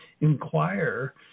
inquire